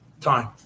time